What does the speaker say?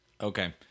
Okay